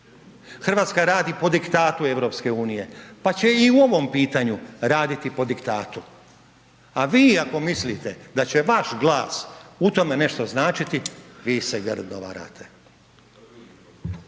Hrvatska radi po diktatu EU, pa će i u ovom pitanju raditi po diktatu. A vi ako mislite da će vaš glas u tome nešto značiti vi se grdo varate.